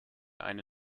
eine